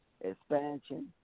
expansion